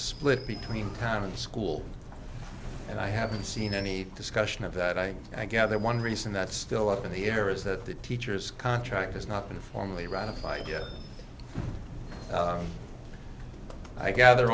split between town and school and i haven't seen any discussion of that i gather one reason that's still up in the air is that the teacher's contract has not been formally ratified yet i gather